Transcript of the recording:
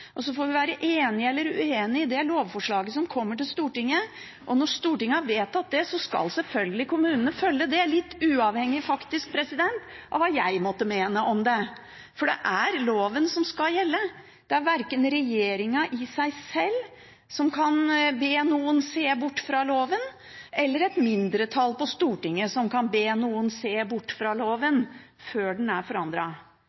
og så får vi være enig eller uenig i det lovforslaget som kommer til Stortinget. Når Stortinget har vedtatt det, skal selvfølgelig kommunene følge det, faktisk litt uavhengig av hva jeg måtte mene om det. Det er loven som skal gjelde. Verken regjeringen i seg sjøl eller et mindretall på Stortinget kan be noen se bort fra loven før den er forandret. Dette er ikke en henstilling om en policy på et eller annet område som er helt likegyldig. Representanten fra